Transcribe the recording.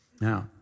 Now